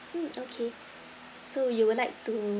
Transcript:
mm okay so you would like to